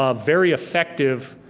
ah very effective,